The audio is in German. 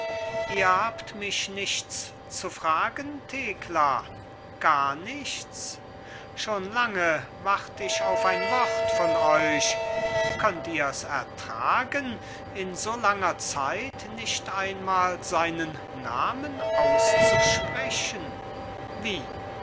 ihr habt mich nichts zu fragen thekla gar nichts schon lange wart ich auf ein wort von euch könnt ihrs ertragen in so langer zeit nicht einmal seinen namen auszusprechen wie